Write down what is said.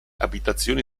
abitazioni